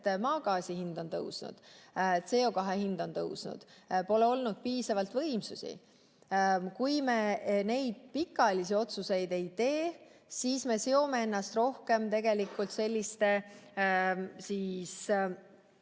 maagaasi hind on tõusnud, CO2hind on tõusnud, pole olnud piisavalt võimsusi. Kui me neid pikaajalisi otsuseid ei tee, siis me seome ennast rohkem tegelikult näiteks